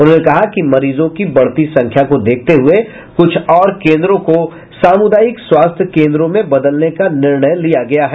उन्होंने कहा कि मरीजों की बढ़ती संख्या को देखते हुये कुछ और केन्द्रों को सामुदायिक स्वास्थ्य केन्द्रों में बदलने का निर्णय लिया है